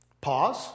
Pause